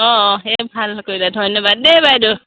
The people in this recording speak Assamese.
অঁ অঁ এই ভাল কৰিলে ধন্যবাদ দেই বাইদেউ